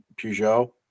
Peugeot